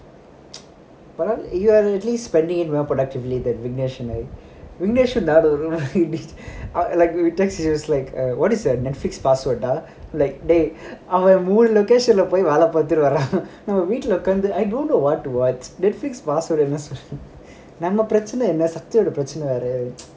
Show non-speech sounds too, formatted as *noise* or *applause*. but you are already spending it well productively the *laughs* like we will text each other like what is the netflix password ah like டேய் அவன் மூணு:dei avan moonu *laughs* வேலை பார்த்துட்டு வரான் நீ வீட்டுல உட்க்கார்ந்து:velai parthutu varaan nee veetula udkaarnthu I don't know what to what netflix password என்ன சொல்லு நம்ம பிரச்சனை என்ன சக்தியோட பிரச்சனை வேறயா இருக்கு:enna sollu namma pirachnai enna sakthiyoda pirachanai veraya iruku